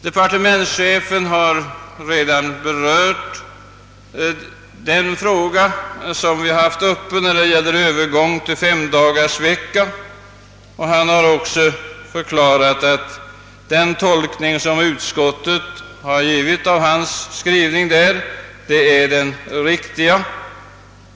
Departementschefen har redan berört den fråga som utskottet har haft uppe när det gäller övergången till femdagarsvecka, och han har också förklarat att den tolkning som utskottet givit hans skrivning är den riktiga.